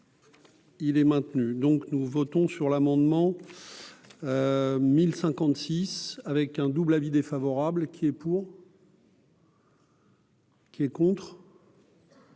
Il est maintenu, donc nous votons sur l'amendement 1056 avec un double avis défavorable qui est pour. Qui est contre.